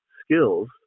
skills